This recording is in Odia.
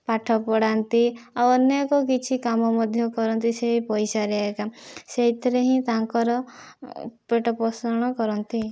ପାଠ ପଢ଼ାନ୍ତି ଆଉ ଅନେକ କିଛି କାମ ମଧ୍ୟ କରନ୍ତି ସେଇ ପଇସାରେ ଏକା ସେଇଥିରେ ହିଁ ତାଙ୍କର ପେଟ ପୋଷଣ କରନ୍ତି